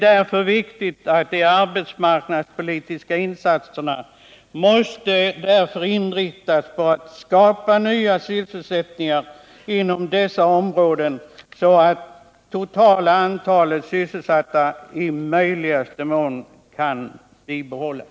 De arbetsmarknadspolitiska insatserna måste därför inriktas på att skapa nya sysselsättningar inom dessa områden, så att det totala antalet sysselsatta i möjligaste mån kan bibehållas.